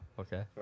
Okay